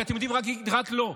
כי אתם יודעים להגיד רק לא.